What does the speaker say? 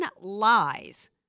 lies